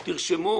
תרשמו,